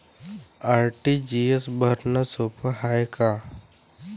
RTGS भरनं सोप हाय का?